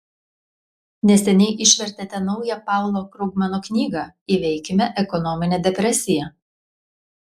neseniai išvertėte naują paulo krugmano knygą įveikime ekonominę depresiją